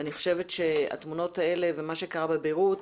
אני חושבת שהתמונות האלה, ומה שקרה בביירות,